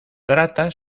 trata